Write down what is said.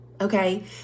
Okay